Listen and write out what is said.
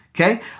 okay